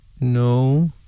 No